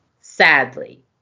sadly